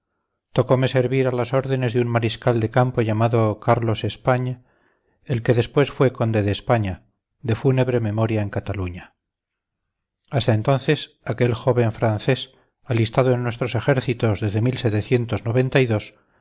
tocome servir a las órdenes de un mariscal de campo llamado carlos espagne el que después fue conde de españa de fúnebre memoria en cataluña hasta entonces aquel joven francés alistado en nuestros ejércitos desde no tenía celebridad a